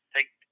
Take